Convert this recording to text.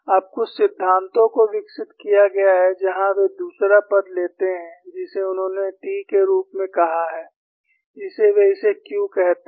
अब कुछ सिद्धांतों को विकसित किया गया है जहां वे दूसरा पद लेते हैं जिसे उन्होंने T के रूप में कहा है जिसे वे इसे Q कहते हैं